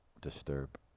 disturb